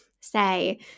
say